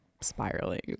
spiraling